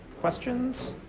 questions